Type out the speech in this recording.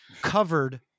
covered